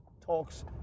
talks